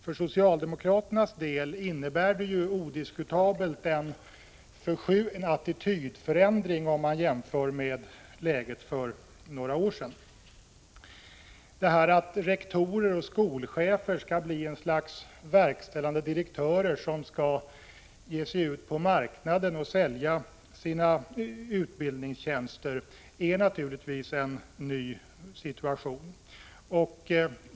För socialdemokraternas del innebär det ju odiskutabelt en attitydförändring om man jämför med läget för några år sedan. Att rektorer och skolchefer skall bli ett slags verkställande direktörer som skall ge sig ut på marknaden och sälja sina utbildningstjänster är naturligtvis en ny situation.